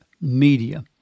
media